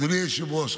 אדוני היושב-ראש,